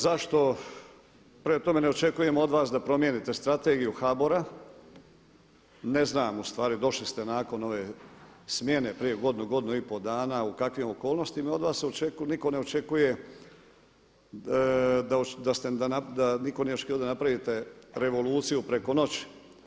Zašto, prema tome ne očekujem od vas da promijenite strategiju HBOR-a, ne znam ustvari, došli ste nakon ove smjene prije godinu, godinu i po dana u kakvim okolnostima, i od vas se očekuju, nitko ne očekuje da, nitko nije očekivao da napravite revoluciju preko noći.